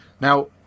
Now